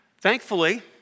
Thankfully